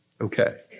Okay